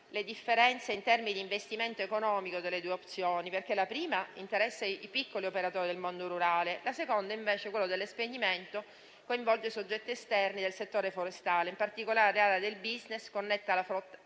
le differenze in termini di investimento economico delle due opzioni, perché la prima interessa i piccoli operatori del mondo rurale, mentre la seconda, quella dello spegnimento, coinvolge soggetti esterni del settore forestale, in particolari aree del *business* connesse alla flotta